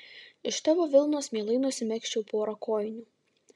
iš tavo vilnos mielai nusimegzčiau porą kojinių